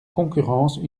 concurrence